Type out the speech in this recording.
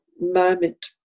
moment